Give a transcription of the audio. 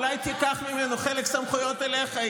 אולי תיקח ממנו חלק מהסמכויות אליך.